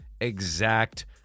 exact